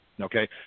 Okay